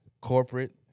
corporate